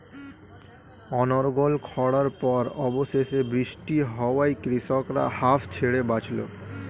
অনর্গল খড়ার পর অবশেষে বৃষ্টি হওয়ায় কৃষকরা হাঁফ ছেড়ে বাঁচল